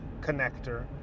connector